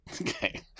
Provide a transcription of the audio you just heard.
Okay